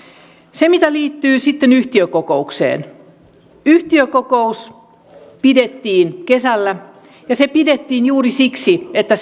se mitä liittyy sitten yhtiökokoukseen yhtiökokous pidettiin kesällä ja se pidettiin juuri siksi että